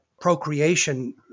procreation